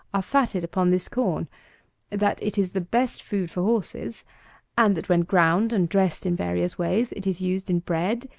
are fatted upon this corn that it is the best food for horses and that, when ground and dressed in various ways, it is used in bread,